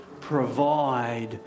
provide